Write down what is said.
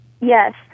Yes